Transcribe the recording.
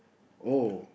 oh